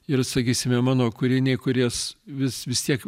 ir sakysime mano kūriniai kuries vis vis tiek